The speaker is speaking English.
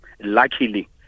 luckily